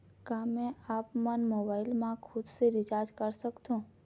का मैं आपमन मोबाइल मा खुद से रिचार्ज कर सकथों?